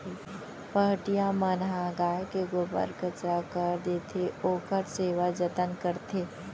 पहाटिया मन ह गाय के गोबर कचरा कर देथे, ओखर सेवा जतन करथे